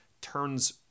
turns